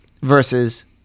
versus